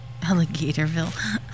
Alligatorville